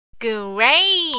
Great